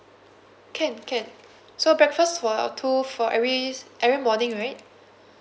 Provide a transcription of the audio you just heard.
can can so breakfast for two for every s~ every morning right